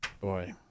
boy